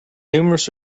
numerous